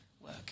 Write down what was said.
work